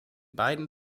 beiden